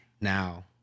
now